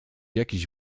jakiś